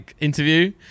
interview